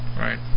right